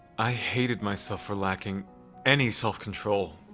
i hated myself for lacking any self-control.